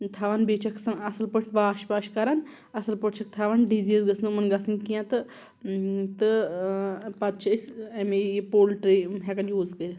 یِم تھاون بییہِ چھِکھ آسان اصل پٲٹھۍ واش پاش کَران اصل پٲٹھۍ چھکھ تھاوان ڈِزیز گٔژھ نہٕ یِمن گَژھٕںۍ کیٚنٛہہ تہٕ تہٕ پَتہٕ چھِ أسۍ امہ یہِ پولٹری ہیکان یوز کٔرتھ